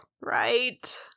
right